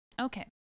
Okay